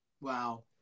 Wow